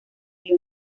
río